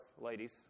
ladies